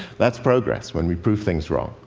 that's progress when we prove things wrong.